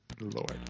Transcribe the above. Lord